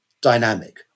dynamic